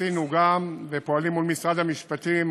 ניסינו ופועלים מול משרד המשפטים,